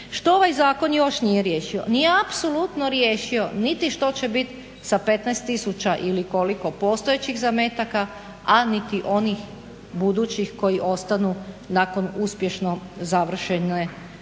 Što ovaj zakon još nije riješio? Nije apsolutno riješio niti što će biti sa 15000 ili koliko postojećih zametaka, a niti onih budućih koji ostanu nakon uspješno završene oplodnje,